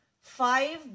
five